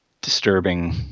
disturbing